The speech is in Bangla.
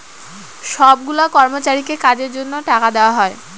সব গুলা কর্মচারীকে কাজের জন্য টাকা দেওয়া হয়